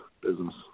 business